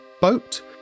boat